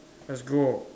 let's go